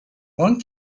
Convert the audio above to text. one